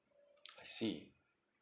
I see